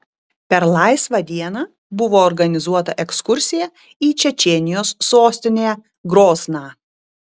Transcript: per laisvą dieną buvo organizuota ekskursija į čečėnijos sostinę grozną